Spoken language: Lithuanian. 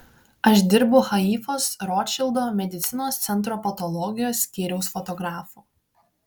aš dirbu haifos rotšildo medicinos centro patologijos skyriaus fotografu